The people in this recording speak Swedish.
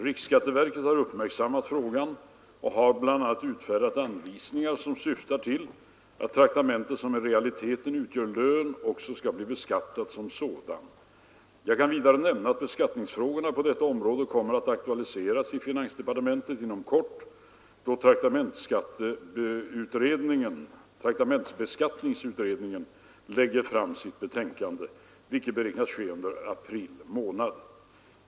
Riksskatteverket har uppmärksammat frågan och har bl.a. utfärdat anvisningar som syftar till att traktamente som i realiteten utgör lön också skall bli beskattat som sådan. Jag kan vidare nämna att beskattningsfrågorna på detta område kommer att aktualiseras i finansdepartementet inom kort då traktamentsbeskattningsutredningen lägger fram sitt betänkande, vilket beräknas ske under april månad.